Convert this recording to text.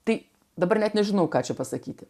tai dabar net nežinau ką čia pasakyti